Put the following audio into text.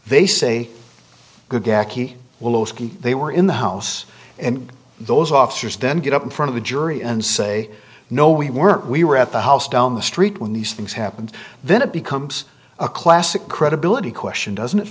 jackie they were in the house and those officers then get up in front of a jury and say no we weren't we were at the house down the street when these things happened then it becomes a classic credibility question doesn't it